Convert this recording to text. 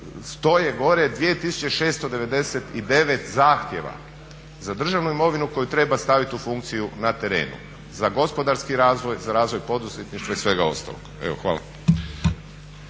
stoje gore 2699 zahtjeva za državnu imovinu koju treba staviti u funkciju na terenu za gospodarski razvoj, za razvoj poduzetništva i svega ostalog. Evo, hvala.